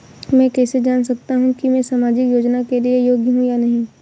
मैं कैसे जान सकता हूँ कि मैं सामाजिक योजना के लिए योग्य हूँ या नहीं?